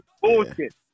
bullshit